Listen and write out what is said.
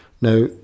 now